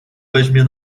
weźmie